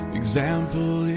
example